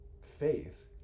faith